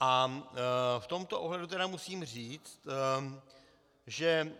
A v tomto ohledu musím říct, že